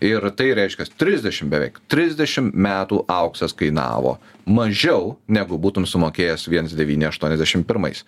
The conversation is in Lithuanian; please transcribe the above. ir tai reiškias trisdešim beveik trisdešim metų auksas kainavo mažiau negu būtum sumokėjęs viens devyni aštuoniasdešim pirmais